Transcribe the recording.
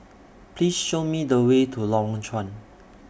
Please Show Me The Way to Lorong Chuan